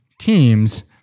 teams